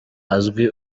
azwi